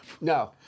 No